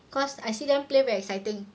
because I see them play very exciting